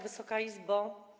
Wysoka Izbo!